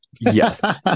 yes